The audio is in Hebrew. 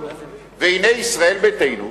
והנה, ישראל ביתנו,